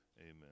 Amen